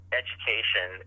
education